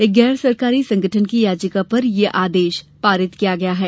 एक गैर सरकारी संगठन की याचिका पर यह आदेश पारित किया गया है